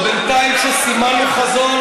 זה שבינתיים כשסימנו חזון,